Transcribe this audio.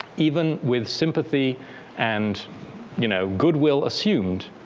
even with sympathy and you know goodwill assumed.